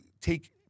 take